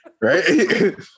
right